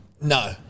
No